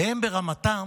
והם ברמתם